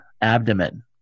abdomen